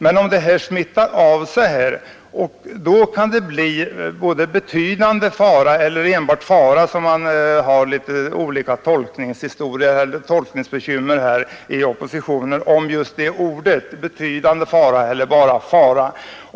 Men om det smittar av sig, kan det bli både ”betydande fara” eller kanske enbart ”fara” — man har litet olika tolkningar inom oppositionen av ”betydande fara” och bara ”fara”.